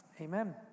Amen